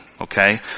okay